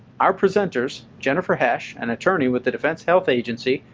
our presenters, jennifer hesch, an attorney with the defense health agency,